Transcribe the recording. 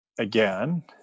Again